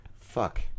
Fuck